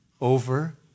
over